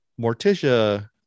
Morticia